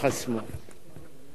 לבי לבי עם תושבי הדרום,